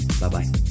bye-bye